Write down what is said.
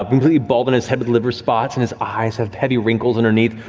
um completely bald on his head with liver spots and his eyes have heavy wrinkles underneath,